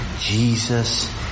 Jesus